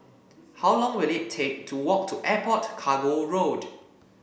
how long will it take to walk to Airport Cargo Road